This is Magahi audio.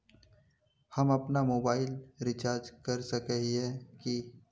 हम अपना मोबाईल रिचार्ज कर सकय हिये की?